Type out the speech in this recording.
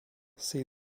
see